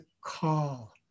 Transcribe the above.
call